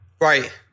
Right